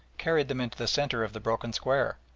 carried them into the centre of the broken square.